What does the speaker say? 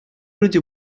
люди